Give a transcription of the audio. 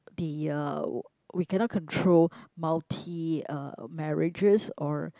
the uh we cannot control multi uh marriages or